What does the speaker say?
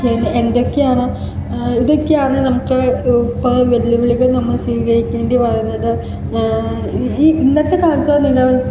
ചെയ്യണ്ടത് എന്തൊക്കെയാണോ ഇതൊക്കെയാണ് നമുക്ക് എപ്പളും വെല്ലുവിളികൾ നമ്മൾ സ്വീകരിക്കേണ്ടി വരുന്നത് ഇന്നത്തെ കാലത്ത് നില